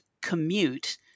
commute